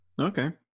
okay